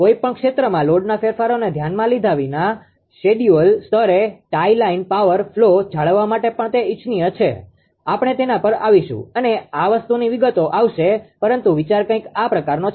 કોઈ પણ ક્ષેત્રમાં લોડના ફેરફારોને ધ્યાનમાં લીધા વિના શેડ્યૂલ સ્તરે ટાઇ લાઇન પાવર ફ્લો જાળવવા માટે પણ તે ઇચ્છનીય છે આપણે તેના પર આવીશું અને આ વસ્તુની વિગતો આવશે પરંતુ વિચાર કંઈક આ પ્રકારનો છે